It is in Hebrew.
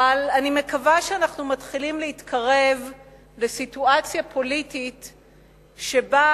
אבל אני מקווה שאנחנו מתחילים להתקרב לסיטואציה פוליטית שבה,